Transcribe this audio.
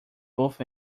both